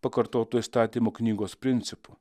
pakartoto įstatymo knygos principu